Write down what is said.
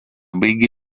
baigė